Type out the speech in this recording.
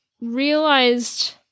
realized